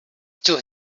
still